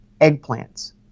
eggplants